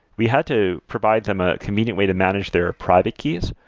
we had to provide them a convenient way to manage their private keys.